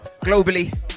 globally